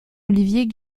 olivier